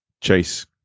Chase